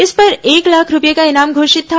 इस पर एक लाख रूपए का इनाम घोषित था